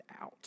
out